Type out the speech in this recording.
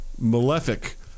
malefic